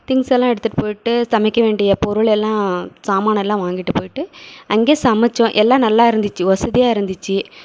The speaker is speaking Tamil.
திங்ஸலாம் எடுத்துட்டு போய்ட்டு சமைக்க வேண்டிய பொருளலெலாம் சாமானெல்லாம் வாங்கிட்டு போய்ட்டு அங்கே சமைச்சோம் எல்லா நல்லாருந்துச்சு வசதியாக இருந்துச்சு